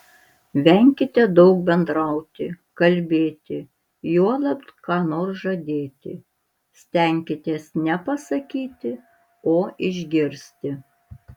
venkite daug bendrauti kalbėti juolab ką nors žadėti stenkitės ne pasakyti o išgirsti